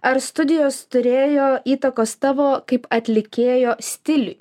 ar studijos turėjo įtakos tavo kaip atlikėjo stiliui